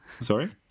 Sorry